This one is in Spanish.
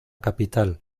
capital